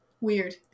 Weird